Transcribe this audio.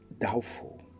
doubtful